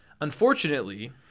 unfortunately